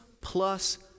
plus